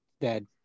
Dead